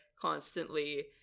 constantly